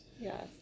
Yes